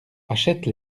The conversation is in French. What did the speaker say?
achète